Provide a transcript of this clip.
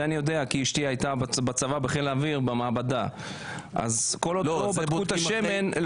זה אני יודע כי אשתי הייתה בצבא במעבדה בחיל האוויר.